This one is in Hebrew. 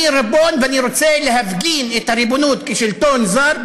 אני ריבון ואני רוצה להפגין את הריבונות כשלטון זר.